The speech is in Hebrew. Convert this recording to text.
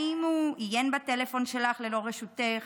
האם הוא עיין בטלפון שלך ללא רשותך?